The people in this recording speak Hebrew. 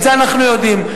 את זה אנחנו יודעים.